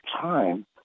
time